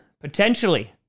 potentially